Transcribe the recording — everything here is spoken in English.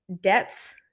depth